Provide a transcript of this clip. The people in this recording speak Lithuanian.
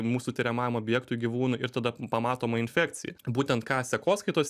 mūsų tiriamajam objektui gyvūnui ir tada pamatoma infekcija būtent ką sekoskaitos